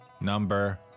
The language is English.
number